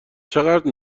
چقدر